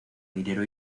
dinero